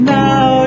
now